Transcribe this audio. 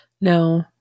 no